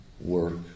work